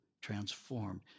transformed